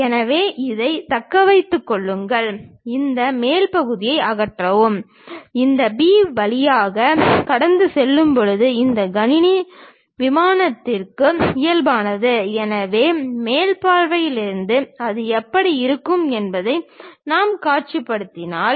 எனவே இதைத் தக்க வைத்துக் கொள்ளுங்கள் இந்த மேல் பகுதியை அகற்றவும் இந்த பி வழியாக கடந்து செல்லும்போது இந்த கணினி விமானத்திற்கு இயல்பானது எனவே மேல் பார்வையில் இருந்து அது எப்படி இருக்கும் என்பதை நாம் காட்சிப்படுத்தினால்